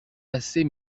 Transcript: assez